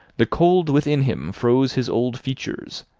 the cold within him froze his old features,